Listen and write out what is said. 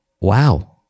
wow